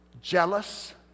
jealous